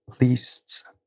least